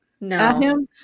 No